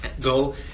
Go